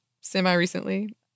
semi-recently